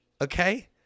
okay